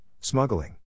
smuggling